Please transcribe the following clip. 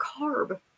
carb